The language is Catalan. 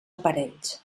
aparells